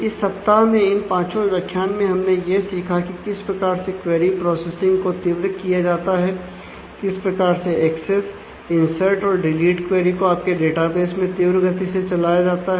इस सप्ताह में इन पांचों व्याख्यान में हमने यह सीखा कि किस प्रकार से क्वेरी प्रोसेसिंग क्वेरी को आपके डेटाबेस में तीव्र गति से चलाया जाता है